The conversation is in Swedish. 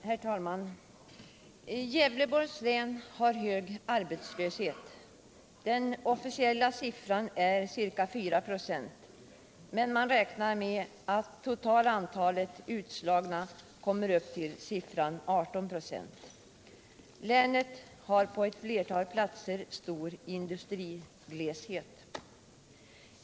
Herr talman! Gävleborgs län har hög arbetslöshet. Den officiella siffran är ca 4 96, men man räknar med att det totala antalet utslagna kommer upp till siffran 18 96. Länet har på ett flertal platser stor industrigleshet.